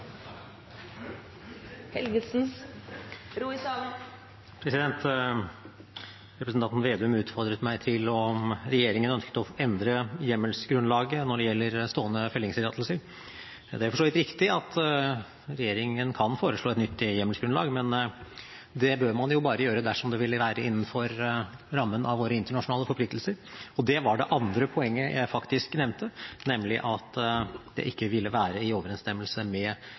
Representanten Slagsvold Vedum utfordret meg på om regjeringen ønsket å endre hjemmelsgrunnlaget når det gjelder stående fellingstillatelser. Det er for så vidt riktig at regjeringen kan foreslå et nytt hjemmelsgrunnlag, men det bør man jo bare gjøre dersom det ville være innenfor rammen av våre internasjonale forpliktelser. Og det var det andre poenget jeg faktisk nevnte, nemlig at det ikke ville være i overensstemmelse med